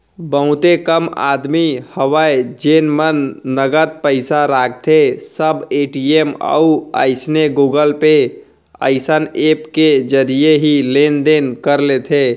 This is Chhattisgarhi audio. बहुते कम आदमी हवय जेन मन नगद पइसा राखथें सब ए.टी.एम अउ अइसने गुगल पे असन ऐप के जरिए ही लेन देन कर लेथे